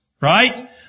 right